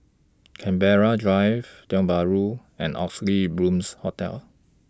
Canberra Drive Tiong Bahru and Oxley Blooms Hotel